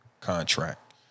contract